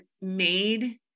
made